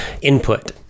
input